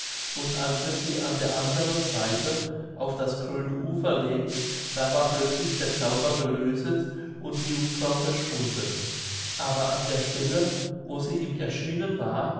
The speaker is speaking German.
und als er sie an der anderen seite auf das grüne ufer legt da war plötzlich der zauber gelöset und die jungfrau verschwunden aber an der stelle wo sie ihm erschienen war